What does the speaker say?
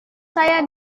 saya